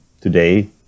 today